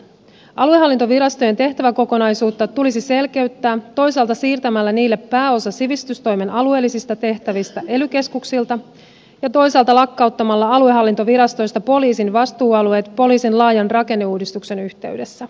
aluehallintovirastojen tehtäväkokonaisuutta tulisi selkeyttää toisaalta siirtämällä niille pääosa sivistystoimen alueellisista tehtävistä ely keskuksilta ja toisaalta lakkauttamalla aluehallintovirastoista poliisin vastuualueet poliisin laajan rakenneuudistuksen yhteydessä